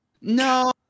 No